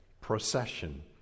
procession